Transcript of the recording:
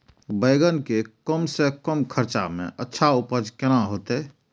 बेंगन के कम से कम खर्चा में अच्छा उपज केना होते?